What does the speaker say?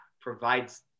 provides